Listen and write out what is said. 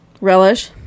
Relish